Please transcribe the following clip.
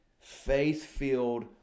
faith-filled